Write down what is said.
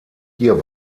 hier